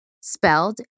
Spelled